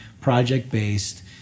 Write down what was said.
project-based